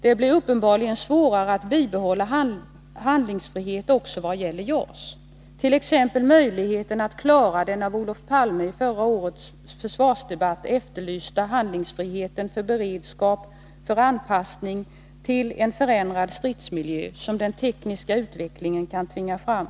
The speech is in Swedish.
Det blir uppenbarligen svårare att bibehålla handlingsfrihet också i vad gäller JAS, t.ex. möjligheten att klara den av Olof Palme i förra vårens försvarsdebatt efterlysta handlingsfriheten för beredskap till anpassning i en förändrad stridsmiljö, som den tekniska utvecklingen kan tvinga fram.